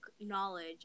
knowledge